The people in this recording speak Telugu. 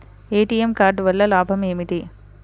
ఏ.టీ.ఎం కార్డు వల్ల లాభం ఏమిటి?